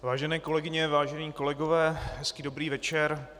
Vážené kolegyně, vážení kolegové, hezký dobrý večer.